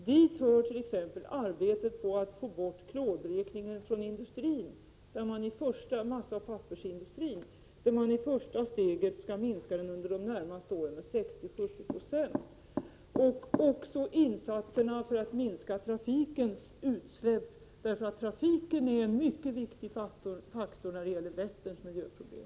Hit hör t.ex. arbetet med att från massaoch pappersindustrin få bort klorblekningen, som i det första steget, under de närmaste åren, skall minskas med 60-70 26. Hit hör också insatserna för att minska trafikens utsläpp. Trafiken är en mycket viktig faktor när det gäller Vätterns miljöproblem.